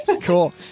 Cool